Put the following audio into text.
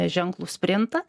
ženklų sprintą